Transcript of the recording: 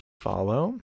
follow